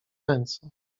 ręce